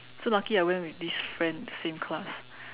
so lucky I went with this friend same class